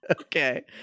Okay